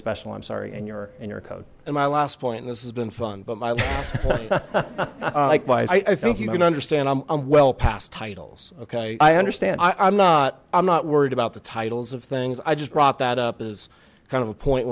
special i'm sorry in your in your code and my last point this has been fun but my likewise i think you can understand i'm well past titles okay i understand i'm not i'm not worried about the titles of things i just brought that up is kind of a point